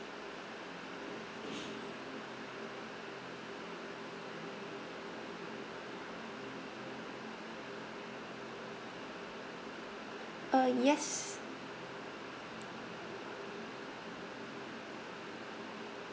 uh yes